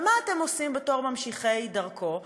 אבל מה אתם עושים בתור ממשיכי דרכו?